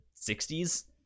60s